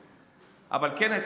אבל כן הייתה משמעות